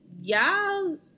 Y'all